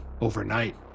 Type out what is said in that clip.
overnight